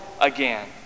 again